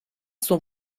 son